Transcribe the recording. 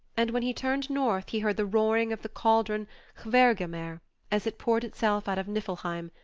and when he turned north he heard the roaring of the cauldron hvergelmer as it poured itself out of niflheim,